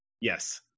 Yes